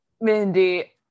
Mindy